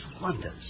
wonders